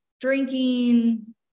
drinking